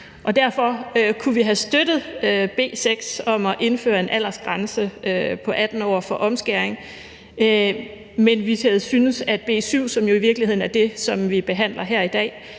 Derfor kunne vi have støttet B 6 om at indføre en aldersgrænse på 18 år for omskæring, men vi har syntes, at B 7, som jo i virkeligheden er det beslutningsforslag,